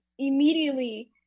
immediately